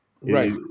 right